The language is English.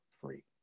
free